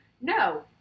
No